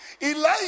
Elijah